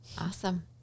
Awesome